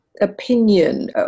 opinion